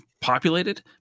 populated